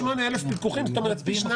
68,000 פיקוחים, זאת אומרת, פי 2